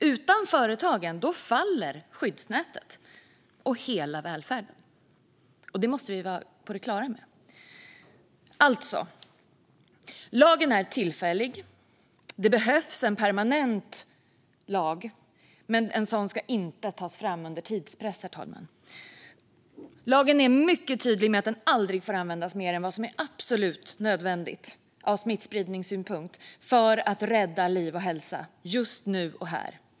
Utan företagen faller skyddsnätet och hela välfärden. Det måste vi vara på det klara med. Lagen är alltså tillfällig. Det behövs en permanent lag, men en sådan ska inte tas fram under tidspress, herr talman. Lagen är mycket tydlig med att den aldrig får användas mer än vad som är absolut nödvändigt ur smittspridningssynpunkt för att rädda liv och hälsa, just nu och här.